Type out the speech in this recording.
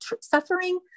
suffering